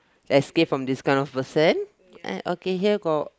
escape from this kind of person and okay here got